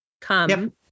come